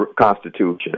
Constitution